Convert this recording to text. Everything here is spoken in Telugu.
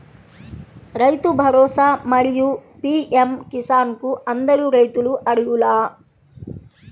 రైతు భరోసా, మరియు పీ.ఎం కిసాన్ కు అందరు రైతులు అర్హులా?